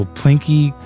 plinky